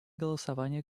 голосования